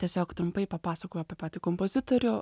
tiesiog trumpai papasakojau apie patį kompozitorių